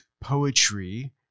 poetry